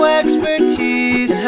expertise